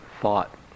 thought